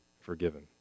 forgiven